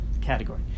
category